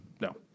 no